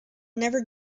never